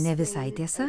ne visai tiesa